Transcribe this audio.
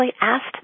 asked